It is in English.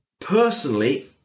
personally